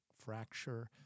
fracture